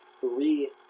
three